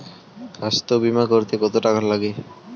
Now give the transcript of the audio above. স্বাস্থ্যবীমা করতে কত টাকা লাগে?